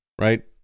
right